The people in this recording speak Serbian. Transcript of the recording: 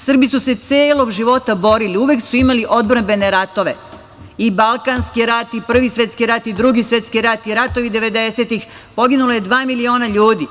Srbi su se celog života borili, uvek su imali odbrambene ratove i Balkanski rat i Prvi svetski i Drugi svetski rat, i ratovi devedesetih, poginulo je dva miliona ljudi.